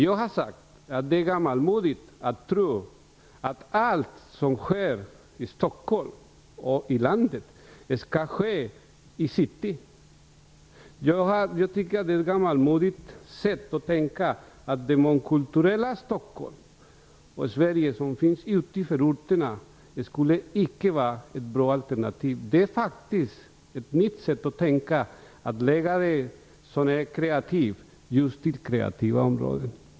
Jag har sagt att det är gammalmodigt att tro att allt som sker i Stockholm och i landet skall ske i city. Jag tycker att det är gammalmodigt att tänka att det mångkulturella Stockholm och Sverige som finns ute i förorterna inte skulle vara ett bra alternativ. Det är faktiskt ett nytt sätt att tänka att förlägga det som är kreativt till kreativa områden.